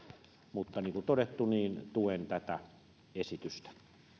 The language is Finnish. mutta niin kuin todettu tuen tätä esitystä